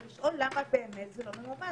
ולשאול למה באמת זה לא ממומש.